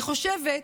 אני חושבת,